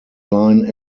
line